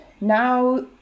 now